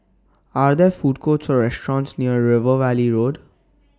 Are There Food Courts Or restaurants near River Valley Road